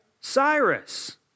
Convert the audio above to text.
Cyrus